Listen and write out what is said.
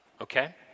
okay